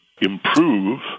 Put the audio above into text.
improve